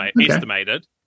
estimated